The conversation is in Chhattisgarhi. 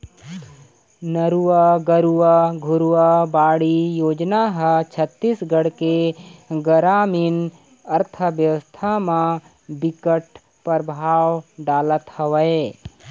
नरूवा, गरूवा, घुरूवा, बाड़ी योजना ह छत्तीसगढ़ के गरामीन अर्थबेवस्था म बिकट परभाव डालत हवय